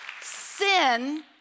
Sin